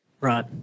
right